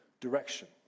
direction